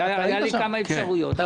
היו לי כמה אפשרויות.